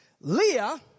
Leah